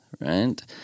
Right